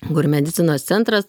kur medicinos centras